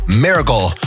miracle